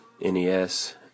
NES